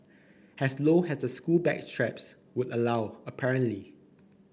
as low as the school bag straps would allow apparently